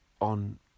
on